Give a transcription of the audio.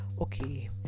okay